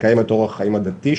לקיים אורח חיים דתי,